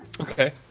Okay